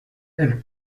elle